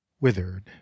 withered